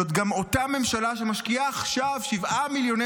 זאת גם אותה ממשלה שמשקיעה עכשיו 7 מיליוני